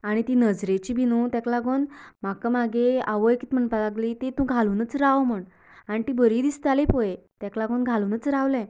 आनी ती नजरेची बी नू तेक लागून म्हाका म्हागे आवय कित म्हणपाक लागली ती तूं घालुनच राव म्हण आनी ती बरी दिसताली पळय तेका लागून घालुनच रावले